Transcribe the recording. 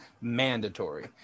Mandatory